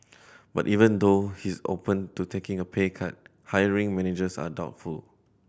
but even though he is open to taking a pay cut hiring managers are doubtful